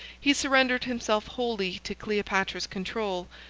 he surrendered himself wholly to cleopatra's control,